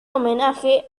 homenaje